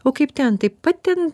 o kaip ten taip pat ten